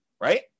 right